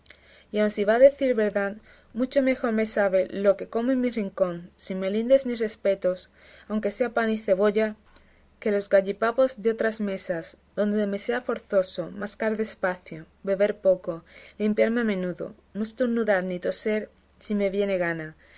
y aun si va a decir verdad mucho mejor me sabe lo que como en mi rincón sin melindres ni respetos aunque sea pan y cebolla que los gallipavos de otras mesas donde me sea forzoso mascar despacio beber poco limpiarme a menudo no estornudar ni toser si me viene gana